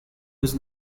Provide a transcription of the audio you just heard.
was